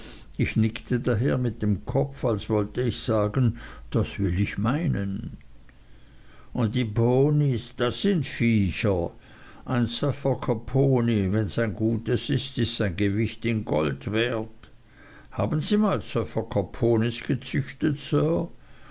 ich nickte daher mit dem kopf als wollte ich sagen das will ich meinen und die ponys das sind viecher ein suffolker pony wenns ein gutes is is sein gewicht in gold wert haben sie mal suffolker ponys gezüchtet